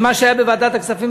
במה שהיה בוועדת הכספים,